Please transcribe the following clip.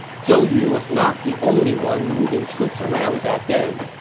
zhou yu was not the only one moving troops around that day.